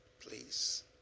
Please